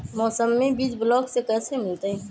मौसमी बीज ब्लॉक से कैसे मिलताई?